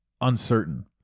uncertain